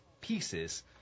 pieces